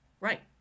Right